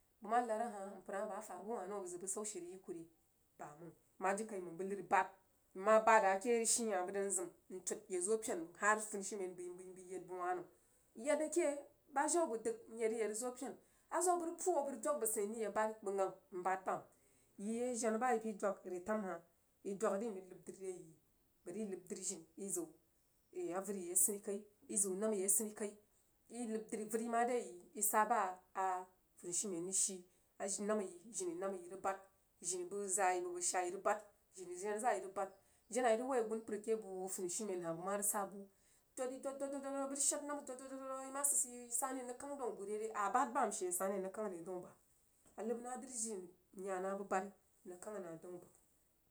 Bəg ma nad a hah mpər hah bəg ufara bu nəm abəg zəg bwan hah rəg yi ku bayei məng ma jiri kai məng bəg nər bad n ma bad rəg ke arəg shin hah bəg dan zimn n tud yak zo pen məng har funishiur men bəi m bəi yed bəg wah nəm. Yed ke ba jan bəg dəg nye rəg ya rəg zo pen a zo bəg rəg puu a bəg rəg awag bəg tseinnya bu bari bə gang lajena ba idwag re tam hah i dwag ri n rəg nəm dri re yi bari n nəb dri jini i ziw avəriye asini kai iziw nahma ye a sini kai i nəb dri vər isa ba a funi shinmen rəg shi a nabma yi jini nabma yi rəg bad jini bəg shaayi bəg zaa rəg bad jini jena za yi rəg bad jena i rəg woi agun pər ke bu funishiumen hah bəg ma rəg sa bu dod yi doddoddodi bəg shad nabma dod dod dod ima sid sid iyi sana n rəg kang dau bare re? I bad bam she a sane. n rəg kang re dau bəg a nəb nah dri jini nyana bu bari n kang nah dau bəg.